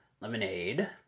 lemonade